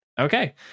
Okay